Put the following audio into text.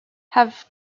have